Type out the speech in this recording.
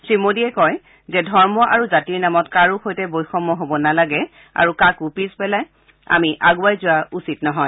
শ্ৰীমোদীয়ে কয় যে ধৰ্ম আৰু জাতিৰ নামত কাৰো সৈতে বৈষম্য হ'ব নালাগে আৰু কাকো পিছ পেলাই আমি আগুৱাই যোৱা উচিত নহয়